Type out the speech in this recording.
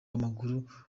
w’amaguru